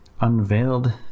unveiled